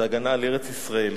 זה הגנה על ארץ-ישראל.